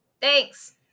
thanks